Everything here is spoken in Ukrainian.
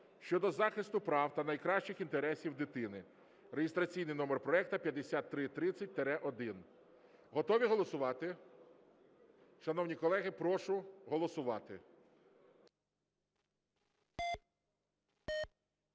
щодо захисту прав та найкращих інтересів дитини (реєстраційний номер проекту 5330-1). Готові голосувати? Шановні колеги, прошу голосувати.